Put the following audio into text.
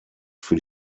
für